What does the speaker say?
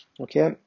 Okay